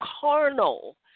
carnal